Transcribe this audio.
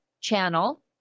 channel